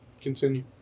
Continue